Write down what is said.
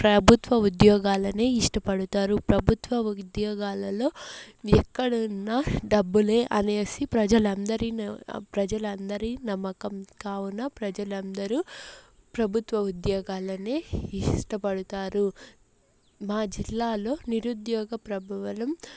ప్రభుత్వ ఉద్యోగాలనే ఇష్టపడతారు ప్రభుత్వ ఉద్యోగాలలో ఎక్కడున్నా డబ్బులే అనేసి ప్రజలందరి న ప్రజలందరి నమ్మకం కావున ప్రజలందరూ ప్రభుత్వ ఉద్యోగాలనే ఇష్టపడతారు మా జిల్లాలో నిరుద్యోగ ప్రభువలం